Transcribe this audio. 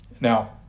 Now